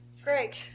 Greg